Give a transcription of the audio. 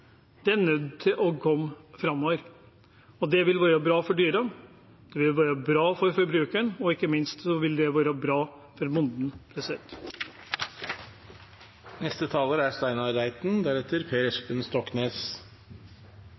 Det er nødt til å komme framover. Det vil være bra for dyrene, det vil være bra for forbrukeren, og ikke minst vil det være bra for bonden. En av ulempene med å representere et lite parti er